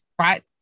right